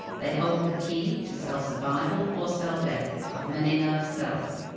they hold the key to cell survival or cell death of many nerve cells,